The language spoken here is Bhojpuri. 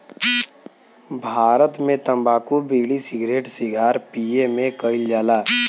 भारत मे तम्बाकू बिड़ी, सिगरेट सिगार पिए मे कइल जाला